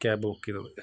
cab ബുക്കെയ്തത്